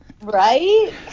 Right